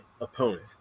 opponent